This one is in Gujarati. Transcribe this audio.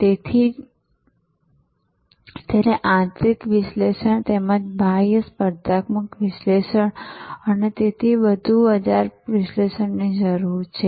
તેથી તેથી તેને આંતરિક વિશ્લેષણ તેમજ બાહ્ય સ્પર્ધાત્મક વિશ્લેષણ અને તેથી વધુ બજાર વિશ્લેષણની જરૂર છે